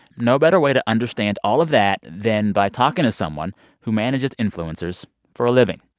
no better way to understand all of that than by talking to someone who manages influencers for a living